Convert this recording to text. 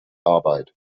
arbeit